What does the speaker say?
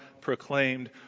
proclaimed